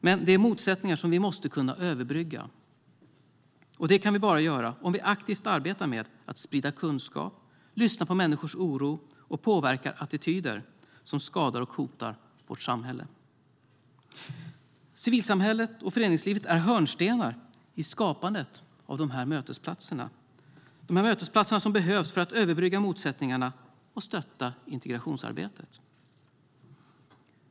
Men det är motsättningar som vi måste kunna överbrygga, och det kan vi bara göra om vi aktivt arbetar med att sprida kunskap, lyssnar på människors oro och påverkar attityder som skadar och hotar vårt samhälle. Civilsamhället och föreningslivet är hörnstenar i skapandet av de mötesplatser som behövs för att överbrygga motsättningarna och stötta integrationsarbetet.